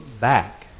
back